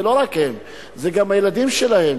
זה לא רק הם, זה גם הילדים שלהם.